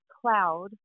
cloud